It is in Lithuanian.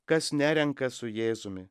kas nerenka su jėzumi